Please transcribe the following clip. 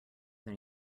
than